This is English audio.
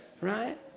right